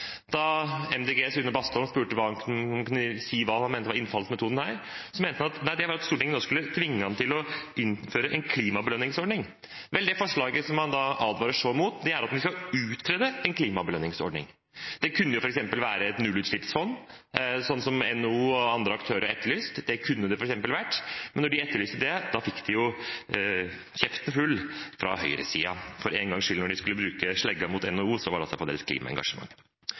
her, mente han det var at Stortinget nå skulle tvinge han til å innføre en klimabelønningsordning. Det forslaget som han advarer så mot, er at vi skal utrede en klimabelønningsordning. Det kunne f.eks. være et nullutslippsfond, som NHO og andre aktører har etterlyst. Det kunne det f.eks. vært. Men da de etterlyste det, fikk de huden full fra høyresiden. Når de for en gangs skyld skulle bruke slegga mot NHO, var det altså for deres klimaengasjement.